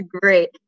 great